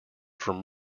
from